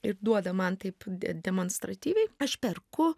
ir duoda man taip de demonstratyviai aš perku